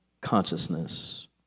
consciousness